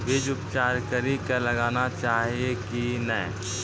बीज उपचार कड़ी कऽ लगाना चाहिए कि नैय?